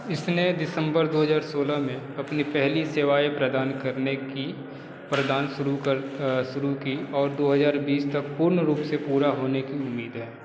इसने दिसंबर दो हजार सोलह में अपनी पहली सेवाएं प्रदान करने की प्रदान शुरू शुरू की और दो हजार बीस तक पूर्ण रूप से पूरा होने की उम्मीद है